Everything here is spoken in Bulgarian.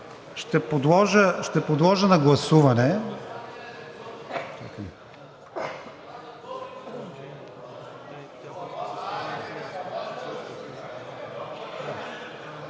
ще подложа на гласуване